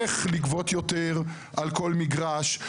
איך לגבות יותר על כל מגרש?